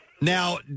Now